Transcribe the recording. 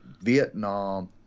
Vietnam